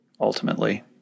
Ultimately